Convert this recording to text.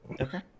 Okay